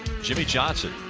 jimmie johnson.